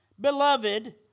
Beloved